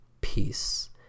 Peace